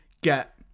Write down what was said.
get